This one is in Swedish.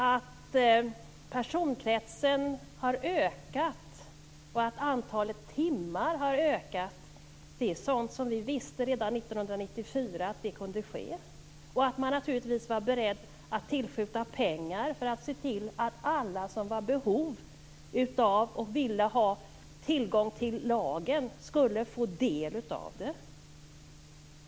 Att personkretsen har ökat, och att antalet timmar har ökat, det är sådant som vi visste redan 1994 att det kunde ske. Man var naturligtvis beredd att tillskjuta pengar för att se till att alla som var i behov av och ville ha tillgång till lagen skulle få del av detta.